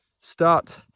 Start